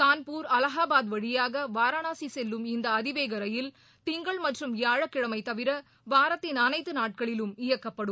கான்பூர் அலகாபாத் வழியாக வாரணாசி செல்லும் இந்த அதிவேக ரயில் திங்கள் மற்றும் வியாழக்கிழமை தவிர வாரத்தின் அனைத்து நாட்களிலும் இயக்கப்படும்